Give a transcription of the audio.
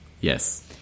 Yes